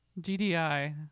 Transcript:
GDI